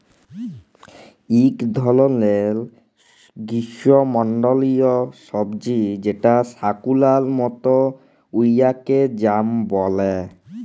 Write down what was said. ইক ধরলের গিস্যমল্ডলীয় সবজি যেট শাকালুর মত উয়াকে য়াম ব্যলে